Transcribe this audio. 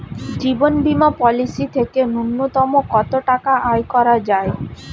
জীবন বীমা পলিসি থেকে ন্যূনতম কত টাকা আয় করা যায়?